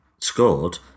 scored